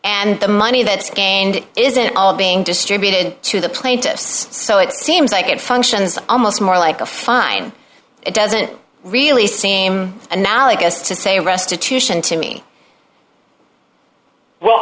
and the money that's gained isn't all being distributed to the plaintiffs so it seems like it functions almost more like a fine it doesn't really seem analogous to say restitution to me well